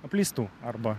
apleistų arba